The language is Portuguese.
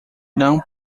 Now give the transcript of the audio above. não